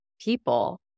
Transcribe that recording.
people